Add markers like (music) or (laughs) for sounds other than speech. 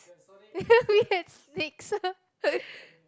(laughs) we had snakes (laughs)